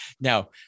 now